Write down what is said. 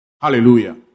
Hallelujah